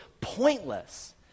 pointless